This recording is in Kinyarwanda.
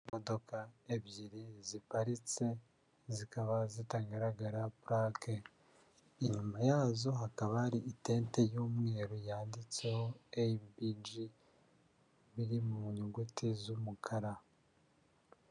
Imodoka ebyiri ziparitse, zikaba zitagaragara pulake. Inyuma yazo hakaba hari itente y'umweru yanditseho ABG biri mu nyuguti z'umukara.